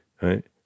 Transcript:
right